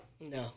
No